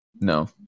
No